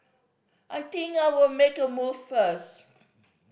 I think I'll make a move first